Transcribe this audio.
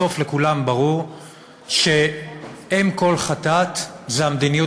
בסוף לכולם ברור שאם כל חטאת היא המדיניות